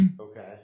okay